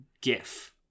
gif